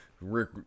Rick